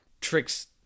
tricks